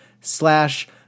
slash